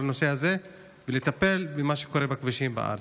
הנושא הזה ולטפל במה שקורה בכבישים בארץ.